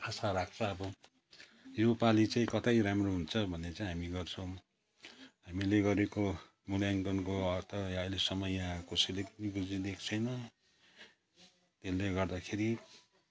आशा राख्छौँ अब योपालि चाहिँ कतै राम्रो हुन्छ भन्ने चाहिँ हामी गर्छौँ हामीले गरेको मूल्याङ्कनको अर्थ अहिलेसम्म यहाँ कसैले पनि बुझिदिएको छैन यसले गर्दाखेरि